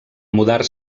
mudar